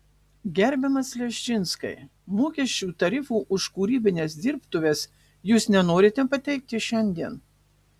gerbiamas leščinskai mokesčių tarifų už kūrybines dirbtuves jūs nenorite pateikti šiandien